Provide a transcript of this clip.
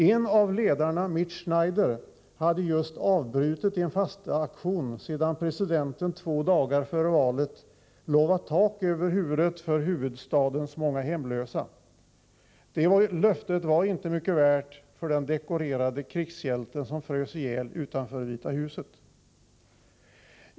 En av ledarna, Mitch Snyder, hade just avbrutit en fasteaktion sedan presidenten två dagar före valet lovat tak över huvudet för huvudstadens många hemlösa. Det löftet var inte mycket värt för den dekorerade krigshjälten, som frös ihjäl utanför Vita huset.